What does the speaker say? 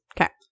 Okay